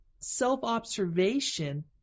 self-observation